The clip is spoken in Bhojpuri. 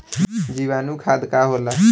जीवाणु खाद का होला?